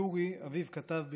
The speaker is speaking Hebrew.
יורי אביו כתב בכאב: